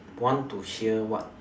want to hear what